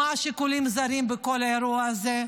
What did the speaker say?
מה השיקולים הזרים בכל האירוע הזה.